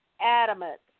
adamant